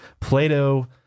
Plato